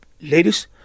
ladies